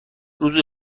روز